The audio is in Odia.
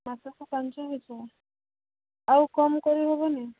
ମାସକୁ ପାଞ୍ଚ ହଜାର ଆଉ କମ୍ କରି ହେବନି